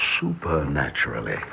Supernaturally